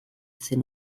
zen